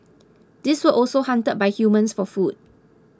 these were also hunted by humans for food